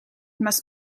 must